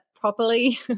properly